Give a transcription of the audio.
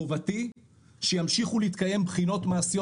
חובתי שימשיכו להתקיים בחינות מעשיות